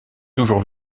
toujours